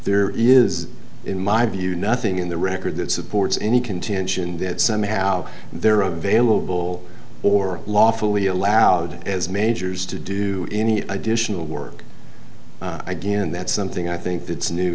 there is in my view nothing in the record that supports any contention that somehow their own vailable or lawfully allowed as majors to do any additional work again that's something i think that's new